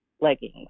leggings